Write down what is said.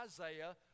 Isaiah